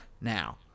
Now